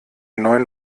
neuen